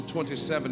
27